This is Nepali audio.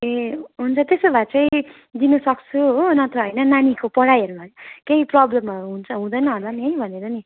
ए हुन्छ त्यसो भए चाहिँ दिनु सक्छु हो नत्र होइन नानीको पढाइहरूमा केही प्रोब्लमहरू हुन्छ हुँदैन होला नि है भनेर नि